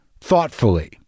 thoughtfully